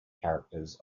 characters